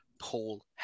Paul